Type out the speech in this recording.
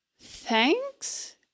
Thanks